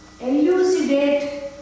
elucidate